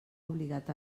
obligat